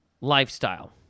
lifestyle